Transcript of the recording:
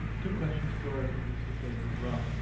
two questions for the cfids as well.